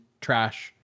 trash